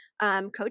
Coach